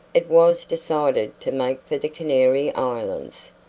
it was decided to make for the canary islands,